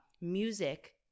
music